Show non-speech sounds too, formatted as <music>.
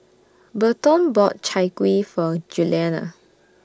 Berton bought Chai Kuih For Giuliana <noise>